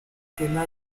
tienda